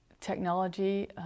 technology